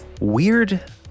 weird